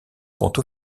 compte